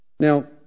Now